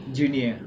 junior